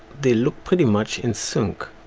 they look pretty much in sync